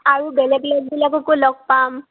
আৰু বেলেগ বেলেগবিলাককো লগ পাম